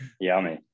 Yummy